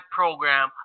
program